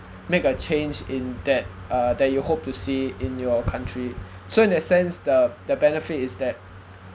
make a change in that uh that you hope to see in your country so in that sense the the benefit is that